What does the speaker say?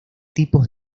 tipos